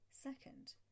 Second